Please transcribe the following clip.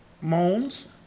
moans